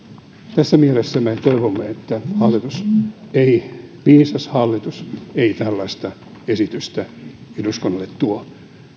tässä mielessä me toivomme että hallitus viisas hallitus ei tällaista esitystä eduskunnalle tuo